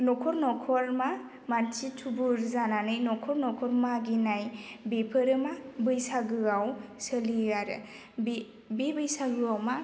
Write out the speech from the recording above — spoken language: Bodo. न'खर न'खर मा मानसि थुबुर जानानै न'खर न'खर मागिनाय बेफोरो मा बैसागोआव सोलियो आरो बि बैसागुआव मा